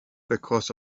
because